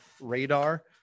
radar